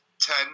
ten